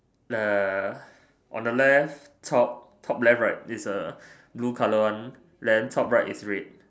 err on the left top top left right is a blue colour one then top right is red